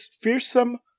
fearsome